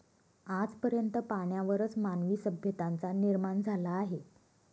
आज पर्यंत पाण्यावरच मानवी सभ्यतांचा निर्माण झाला आहे